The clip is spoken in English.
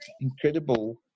incredible